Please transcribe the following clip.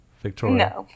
Victoria